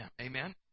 Amen